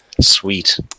Sweet